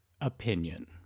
opinion